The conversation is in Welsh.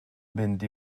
mynd